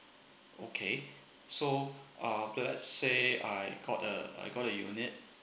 okay so uh let's say I got a I got a unit